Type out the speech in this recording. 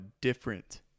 different